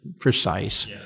precise